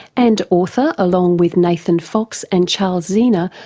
and author, along with nathan fox and charles zeanah,